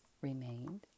remained